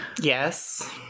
Yes